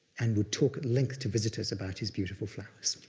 and would talk at length to visitor's about his beautiful flowers.